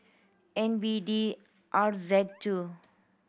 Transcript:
N B D R Z two